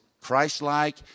Christ-like